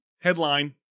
headline